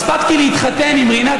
הספקתי להתחתן עם רינת,